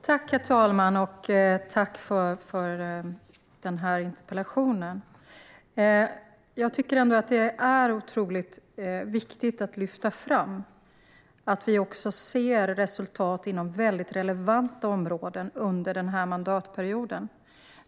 Herr talman! Jag tackar för interpellationen. Jag tycker att det är otroligt viktigt att lyfta fram att vi ändå ser resultat inom väldigt relevanta områden under den här mandatperioden.